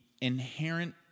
inherent